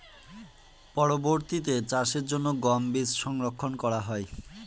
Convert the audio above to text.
পরবর্তিতে চাষের জন্য গম বীজ সংরক্ষন করা হয়?